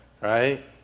Right